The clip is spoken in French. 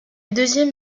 deuxième